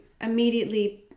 immediately